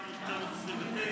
1929,